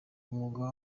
umwuga